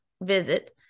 visit